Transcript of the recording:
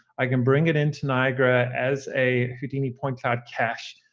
i can bring it into niagara as a houdini point cloud cache,